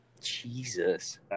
Jesus